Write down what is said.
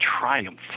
triumph